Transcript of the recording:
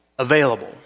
Available